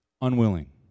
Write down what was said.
unwilling